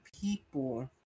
people